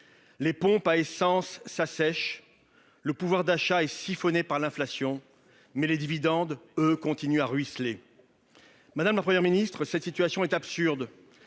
Les pompes à essence s'assèchent, le pouvoir d'achat est siphonné par l'inflation, mais les dividendes, eux, continuent de ruisseler. Madame la Première ministre, cette situation est absurde